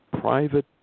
private